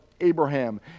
Abraham